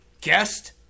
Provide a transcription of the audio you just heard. Guest